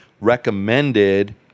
recommended